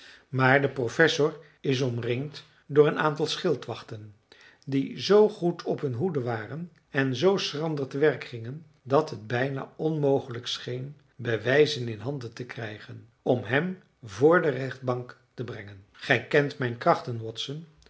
maar de professor is omringd door een aantal schildwachten die zoo goed op hun hoede waren en zoo schrander te werk gingen dat het bijna onmogelijk scheen bewijzen in handen te krijgen om hem voor de rechtbank te brengen gij kent mijn krachten watson